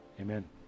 Amen